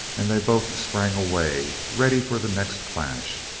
and they both sprang away, ready for the next clash.